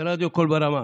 ברדיו קול ברמה: